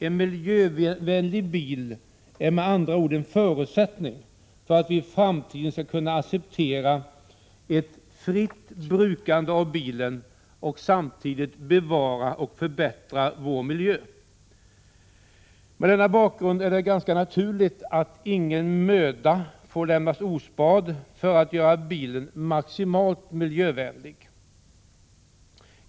En miljövänlig bil är med andra ord en förutsättning för att vi i framtiden skall kunna acceptera ett fritt brukande av bilen och samtidigt bevara och förbättra vår miljö. Mot denna bakgrund är det ganska naturligt att ingen möda får lämnas ospard för att göra bilen maximalt miljövänlig.